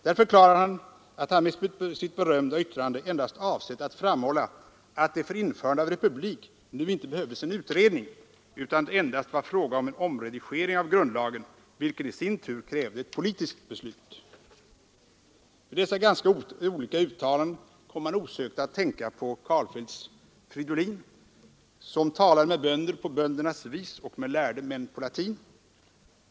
Han förklarade att han i sitt berömda yttrande endast avsett att framhålla att det för införande av republik nu inte behövdes en utredning, utan att det endast var fråga om en omredigering av grundlagen, vilken i sin tur krävde ett politiskt beslut. Vid dessa ganska olika uttalanden kommer man osökt att tänka på Karlfeldts Fridolin ”som talade med bönder på böndernas vis och med lärde män på latin”.